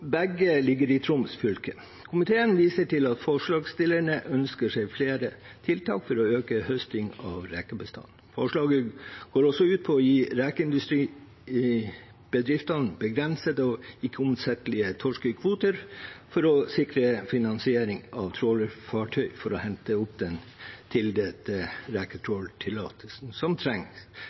begge ligger i Troms fylke. Komiteen viser til at forslagsstillerne ønsker seg flere tiltak for å øke høsting av rekebestanden. Forslaget går også ut på å gi rekeindustribedriftene begrensede og ikke-omsettelige torskekvoter for å sikre finansiering av trålefartøy for å hente opp den tildelte reketråltillatelsen som trengs